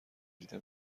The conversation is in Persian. دیده